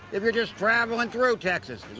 if you're just travelling through texas,